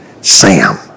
Sam